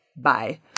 Bye